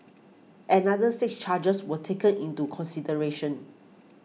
another six charges were taken into consideration